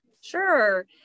Sure